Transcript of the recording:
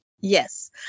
Yes